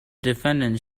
defendant